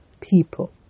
people